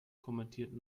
kommentiert